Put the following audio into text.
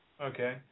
Okay